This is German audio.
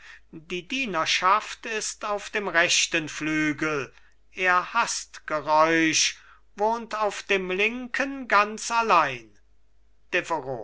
die dienerschaft ist auf dem rechten flügel er haßt geräusch wohnt auf dem linken ganz allein